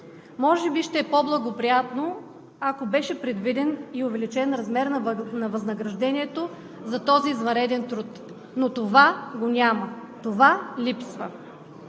Може би ще е по-благоприятно, ако беше предвиден и увеличен размерът на възнаграждението за този извънреден труд, но това го няма, това липсва.